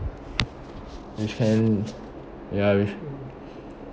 you can ya you should